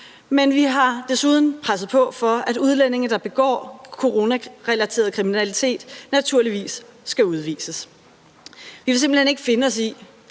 men vi har desuden presset på for, at udlændinge, der begår coronarelateret kriminalitet, naturligvis skal udvises. Vi vil simpelt hen ikke finde os i